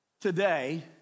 today